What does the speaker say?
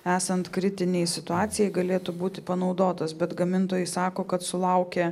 esant kritinei situacijai galėtų būti panaudotas bet gamintojai sako kad sulaukė